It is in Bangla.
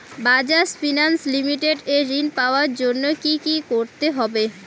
বাজাজ ফিনান্স লিমিটেড এ ঋন পাওয়ার জন্য কি করতে হবে?